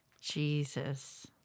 Jesus